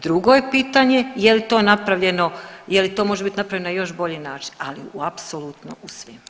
Drugo je pitanje, je li to napravljeno, jel to može biti napravljeno na još bolji način, ali u apsolutno u svim.